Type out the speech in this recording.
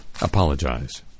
apologize